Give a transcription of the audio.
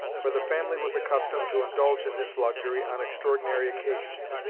for the family was accustomed to indulge in this luxury on extraordinary occasions,